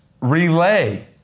relay